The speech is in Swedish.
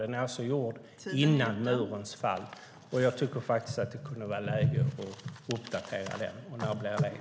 Den är alltså gjort före murens fall, och jag tycker faktiskt att det kunde vara läge att uppdatera den. När blir det?